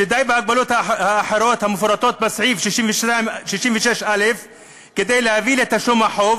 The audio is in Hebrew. שדי בהגבלות האחרות המפורטות בסעיף 66א כדי להביא לתשלום החוב,